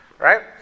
Right